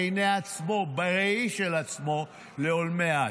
בעיני עצמו, בראי של עצמו לעולמי עד.